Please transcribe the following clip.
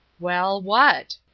well, what?